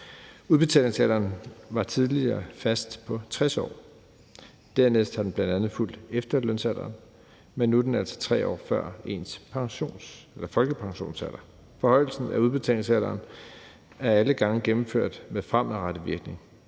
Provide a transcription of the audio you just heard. Udbetalingsalderen lå tidligere fast på 60 år, dernæst har den bl.a. fulgt efterlønsalderen, men nu er den altså 3 år før ens folkepensionsalder. Forhøjelsen af udbetalingsalderen er alle gange gennemført med fremadrettet virkning.